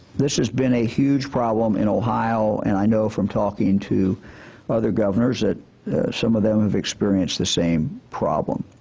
this has been a huge problem in ohio and i know from talking to other governors that some of them have experienced the same problem.